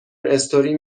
استوری